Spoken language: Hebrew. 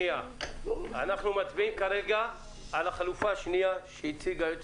אנחנו מצביעים כרגע על החלופה השנייה שהציג היועץ